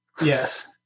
yes